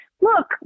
Look